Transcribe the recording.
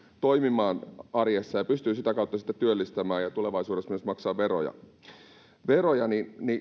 toimimaan arjessa ja pystyvät sitä kautta työllistämään ja tulevaisuudessa myös maksamaan veroja veroja